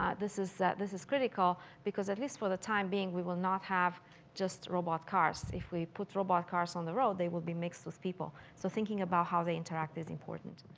ah this is this is critical because at least for the time being, we will not have just robot cars. if we put robot cars on the road they will be mixed with people. so thinking about how they interact is important.